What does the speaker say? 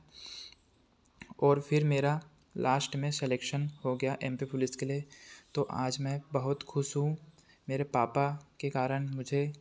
और फिर मेरा लास्ट में सेलेक्शन हो गया एम पी पुलिस के लिए तो आज मैं बहुत खुश हूँ मेरे पापा के कारण मुझे